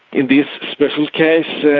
in this special case,